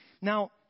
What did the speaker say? Now